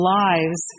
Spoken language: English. lives